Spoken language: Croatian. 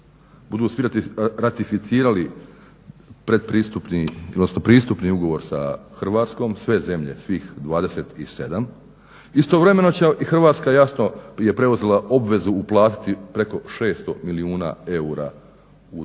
svi ratificirali pristupni ugovor sa Hrvatskom, sve zemlje, svih 27, istovremeno će i Hrvatska jasno je preuzela obvezu uplatiti preko 600 milijuna eura u